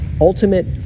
ultimate